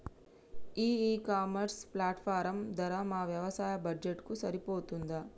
ఈ e commerce platform ధర మా వ్యవసాయ బడ్జెట్ కు సరిపోతుందా?